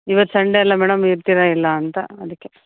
ಇವತ್ತು Sunday ಅಲ್ಲ madam ಇರ್ತೀರೋ ಇಲ್ಲ ಅಂತ ಅದಕ್ಕೆ